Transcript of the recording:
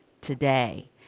today